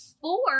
four